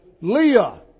Leah